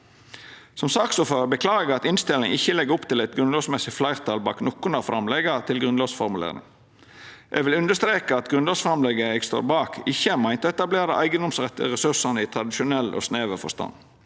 Som saksordførar beklagar eg at innstillinga ikkje legg opp til eit grunnlovsmessig fleirtal bak nokon av framlegga til grunnlovsformulering. Eg vil understreka at grunnlovsframlegget eg står bak, ikkje er meint å etablera eigedomsrett over ressursane i tradisjonell og snever forstand.